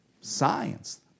science